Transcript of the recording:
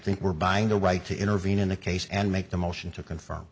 think we're buying the right to intervene in the case and make the motion to confirm